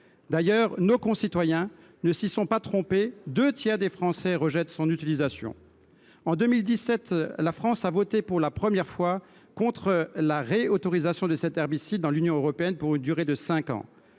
D’ailleurs, nos concitoyens ne s’y sont pas trompés : deux tiers des Français rejettent son utilisation. En 2017, la France a voté pour la première fois contre la réautorisation de cet herbicide dans l’Union européenne pour une durée de cinq ans.